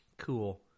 Cool